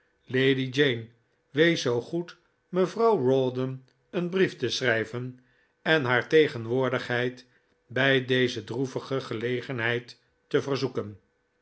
lady jane wees zoo goed mevrouw rawdon een brief te schrijven en haar tegenwoordigheid bij deze droevige gelegenheid te verzoeken